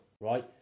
right